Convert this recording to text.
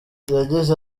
yagize